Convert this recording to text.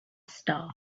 star